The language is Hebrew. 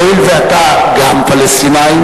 והואיל ואתה גם פלסטיני,